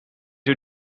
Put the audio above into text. you